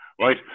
right